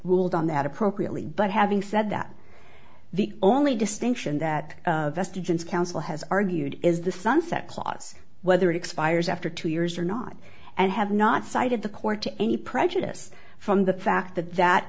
done that appropriately but having said that the only distinction that vestiges counsel has argued is the sunset clause whether it expires after two years or not and have not cited the court to any prejudice from the fact that that